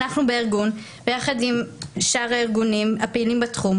אנחנו בארגון ביחד עם שאר הארגונים הפעילים בתחום,